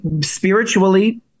spiritually